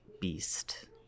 Beast